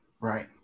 Right